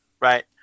Right